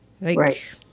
Right